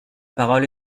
parole